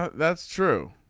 that's true.